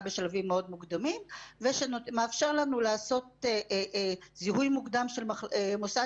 בשלבים מאוד מוקדמים ומאפשר לנו לעשות זיהוי מוקדם של מוסד